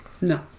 No